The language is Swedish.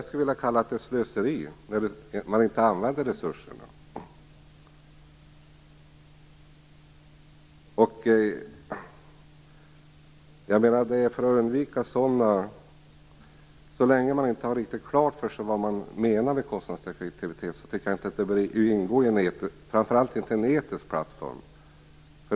Nej, när man inte använder resurserna skulle jag vilja kalla det för slöseri. Så länge man inte har riktigt klart för sig vad man menar med kostnadseffektivitet tycker jag inte att den bör ingå i en plattform, framför allt inte i en etisk sådan.